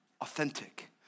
authentic